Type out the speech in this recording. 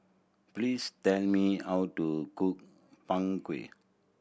please tell me how to cook Png Kueh